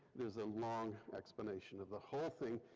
there's a long explanation of the whole thing,